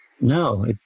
No